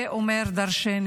זה אומר דרשני.